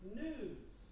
news